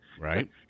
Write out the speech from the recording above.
Right